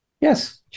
Yes